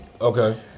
Okay